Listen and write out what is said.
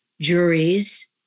juries